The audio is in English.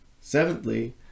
Seventhly